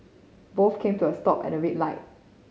both came to a stop at a red light